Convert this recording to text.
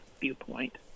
viewpoint